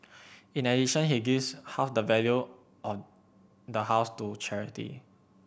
in addition he gives half the value of the house to charity